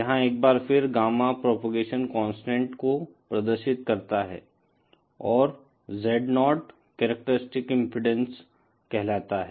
यहाँ एक बार फिर गामा प्रोपगेशन कांस्टेंट को प्रदर्शित करता है और Z0 कॅरक्टरिस्टिक्स इम्पीडेन्स कहलाता है